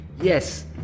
Yes